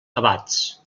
abats